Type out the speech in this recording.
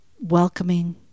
welcoming